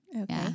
Okay